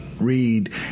read